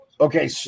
Okay